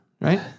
right